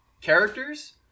Characters